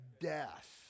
death